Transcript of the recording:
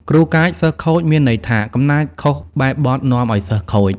គ្រូកាច សិស្សខូច មានន័យថា កំណាចខុសបែបបទនាំឲ្យសិស្សខូច ។